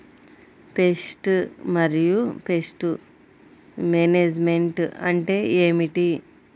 Pest మరియు pest management అంటే ఏమిటి?